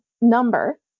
number